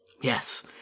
Yes